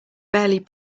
barely